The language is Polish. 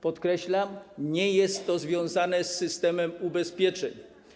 Podkreślam: nie jest to związane z systemem ubezpieczeń.